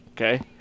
okay